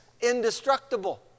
indestructible